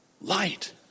light